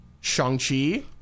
Shang-Chi